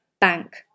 bank